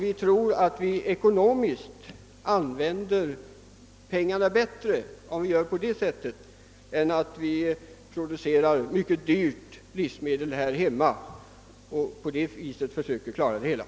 Vi tror att vi använder pengarna bättre om vi gör på det sättet än om vi producerar mycket dyra livsmedel här hemma och försöker lämna hjälp på det viset.